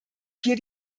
hier